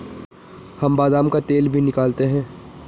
हम बादाम का तेल भी निकालते हैं